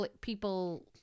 people